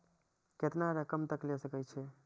केतना रकम तक ले सके छै?